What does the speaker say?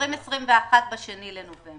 תקציב 2021 היה צריך להיות מונח ב-2 בנובמבר.